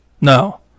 No